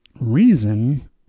reason